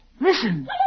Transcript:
Listen